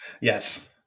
Yes